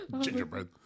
Gingerbread